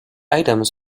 items